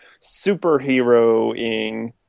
superheroing